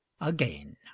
again